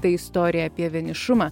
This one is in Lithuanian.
tai istorija apie vienišumą